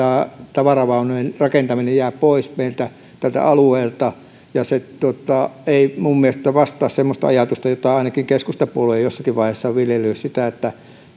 tavaravaunujen rakentaminen jää pois meiltä tältä alueelta ja se ei minun mielestäni vastaa semmoista ajatusta jota ainakin keskustapuolue jossakin vaiheessa on viljellyt sitä että